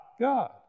God